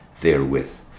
therewith